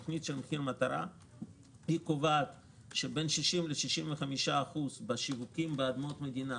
תוכנית מחיר מטרה קובעת שבין 60% 65% בשיווקים באדמות מדינה,